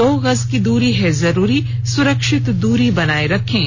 दो गज की दूरी है जरूरी सुरक्षित दूरी बनाए रखें